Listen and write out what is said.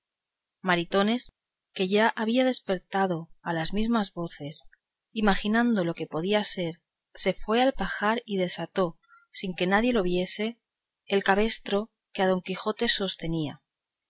maritornes que ya había despertado a las mismas voces imaginando lo que podía ser se fue al pajar y desató sin que nadie lo viese el cabestro que a don quijote sostenía